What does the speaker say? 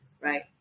right